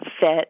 fit